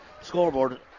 scoreboard